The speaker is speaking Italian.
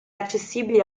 accessibile